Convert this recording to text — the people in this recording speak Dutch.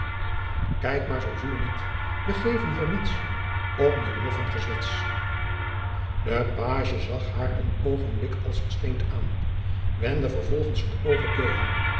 kijk maar zoo zuur niet we geven hier niets om je moffengezwets de pagie zag haar een oogenblik als versteend aan wendde vervolgens het oog op